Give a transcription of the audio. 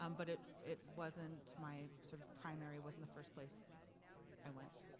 um but it, it wasn't my, sort of primary, wasn't the first place i went.